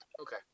Okay